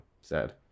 sad